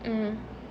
mm